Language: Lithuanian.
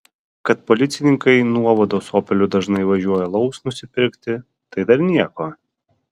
kad policininkai nuovados opeliu dažnai važiuoja alaus nusipirkti tai dar nieko